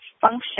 function